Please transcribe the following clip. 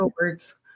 words